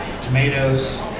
tomatoes